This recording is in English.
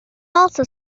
also